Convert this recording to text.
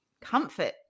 comfort